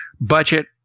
budget